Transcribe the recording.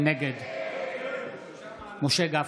נגד משה גפני,